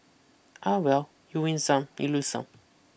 ah well you win some you lose some